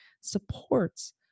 supports